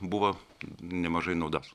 buvo nemažai naudas